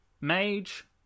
mage